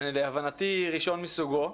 להבנתי ראשון מסוגו,